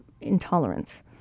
intolerance